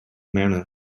manner